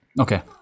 Okay